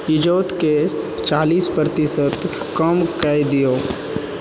इजोतकेँ चालीस प्रतिशत कम कऽ दियौ